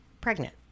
Pregnant